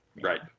Right